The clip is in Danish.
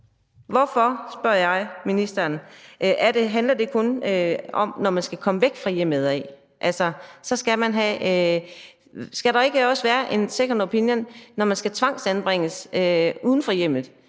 Hvorfor – spørger jeg ministeren – handler det kun om, at man skal have det, når man skal komme væk fra hjemmet? Skal der ikke også være en second opinion, når man skal tvangsanbringes uden for hjemmet?